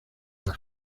las